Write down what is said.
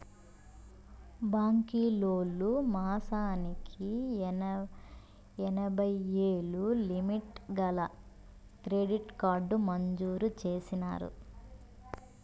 బాంకీలోల్లు మాసానికి ఎనభైయ్యేలు లిమిటు గల క్రెడిట్ కార్డు మంజూరు చేసినారు